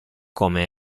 come